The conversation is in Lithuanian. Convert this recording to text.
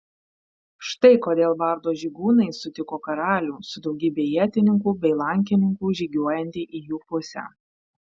štai kodėl bardo žygūnai sutiko karalių su daugybe ietininkų bei lankininkų žygiuojantį į jų pusę